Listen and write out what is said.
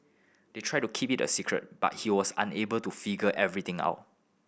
they tried to keep it a secret but he was unable to figure everything out